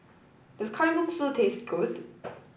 does Kalguksu taste good